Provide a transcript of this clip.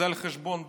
זה על חשבון דודי.